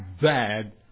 Bad